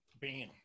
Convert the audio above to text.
Bam